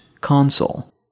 console